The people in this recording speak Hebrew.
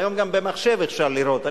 והיום גם במחשב אפשר לראות.